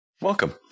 Welcome